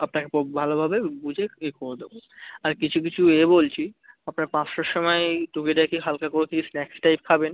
আপনাকে খুব ভালোভাবে বুঝে এ করে দেবো আর কিছু কিছু এ বলছি আপনার পাঁচটার সময়ে একটু টুকিটাকি হালকা করে কিছু স্ন্যাক্স টাইপ খাবেন